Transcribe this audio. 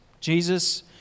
Jesus